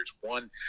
one